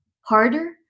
harder